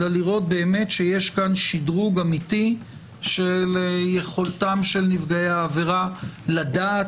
אלא לראות באמת שיש כאן שדרוג אמיתי של יכולתם של נפגעי העבירה לדעת